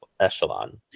echelon